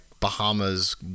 Bahamas